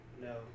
no